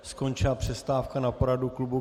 Skončila přestávka na poradu klubu KSČM.